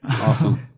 Awesome